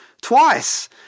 twice